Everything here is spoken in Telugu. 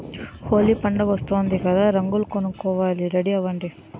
హోలీ పండుగొస్తోంది కదా రంగులు కొనుక్కోవాలి రెడీ అవ్వండి